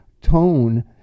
tone